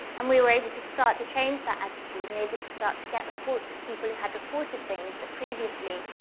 um we were able to start to change that attitude and able to start to get reports of people who'd reported things that previously,